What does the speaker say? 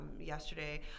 yesterday